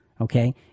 okay